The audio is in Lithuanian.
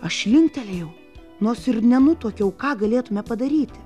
aš linktelėjau nors ir nenutuokiau ką galėtume padaryti